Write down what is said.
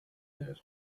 there